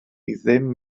ddim